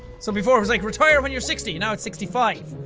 so before like, retire when you're sixty now it's sixty five.